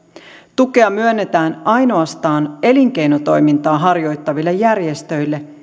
tukea myönnetään ainoastaan elinkeinotoimintaa harjoittaville järjestöille